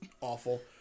awful